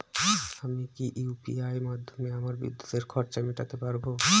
আমি কি ইউ.পি.আই মাধ্যমে আমার বিদ্যুতের খরচা মেটাতে পারব?